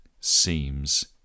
seems